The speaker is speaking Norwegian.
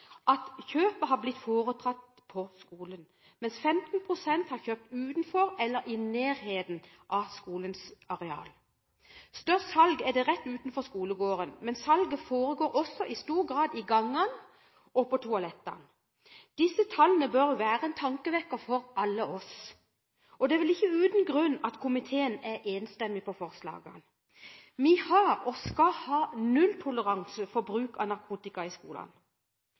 at kjøpet har blitt foretatt på skolen, mens 15 pst. har kjøpt utenfor eller i nærheten av skolens areal. Størst salg er det rett utenfor skolegården, men salget foregår også i stor grad i gangene og på toalettene. Disse tallene bør være en tankevekker for oss alle, og det er vel ikke uten grunn at komiteen er enstemmig når det gjelder forslagene. Vi har, og skal ha, nulltoleranse for bruk av narkotika i skolene.